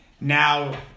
now